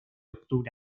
octubre